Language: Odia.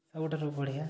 ସବୁଠାରୁ ବଢ଼ିଆ